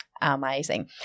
Amazing